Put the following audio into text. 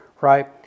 right